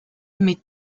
mit